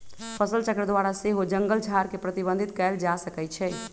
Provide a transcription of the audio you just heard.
फसलचक्र द्वारा सेहो जङगल झार के प्रबंधित कएल जा सकै छइ